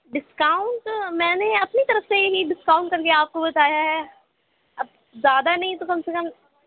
discount میں نے اپنی طرف سے ہی ڈسکاؤنٹ کر کے آپ کو بتایا ہے اب زیادہ نہیں تو کم سے کم